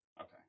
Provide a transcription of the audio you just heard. Okay